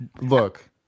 look